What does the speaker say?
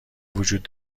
وجود